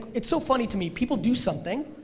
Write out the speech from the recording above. it's so funny to me, people do something,